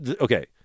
okay